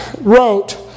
wrote